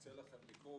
מציע לכם לקרוא,